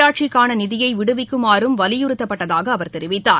உள்ளாட்சிக்கான நிதியை விடுவிக்குமாறும் வலியுறுத்தப்பட்டதாக அவர் தெரிவித்தார்